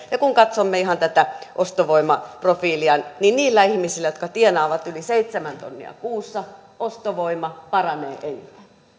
ja kun katsomme ihan tätä ostovoimaprofiilia niin niillä ihmisillä jotka tienaavat yli seitsemän tonnia kuussa ostovoima paranee entisestään